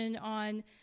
on